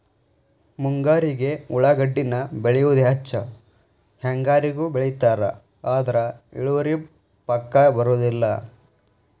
ಮುಂಗಾರಿಗೆ ಉಳಾಗಡ್ಡಿನ ಬೆಳಿಯುದ ಹೆಚ್ಚ ಹೆಂಗಾರಿಗೂ ಬೆಳಿತಾರ ಆದ್ರ ಇಳುವರಿ ಪಕ್ಕಾ ಬರುದಿಲ್ಲ